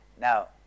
Now